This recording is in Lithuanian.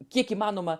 kiek įmanoma